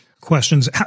questions